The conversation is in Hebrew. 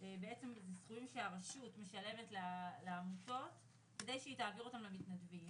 בעצם הסכומים שהרשות משלמת לעמותות כדי שהיא תעביר אותם למתנדבים.